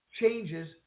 changes